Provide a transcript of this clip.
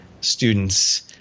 students